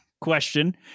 question